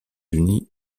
unis